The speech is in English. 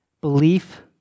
belief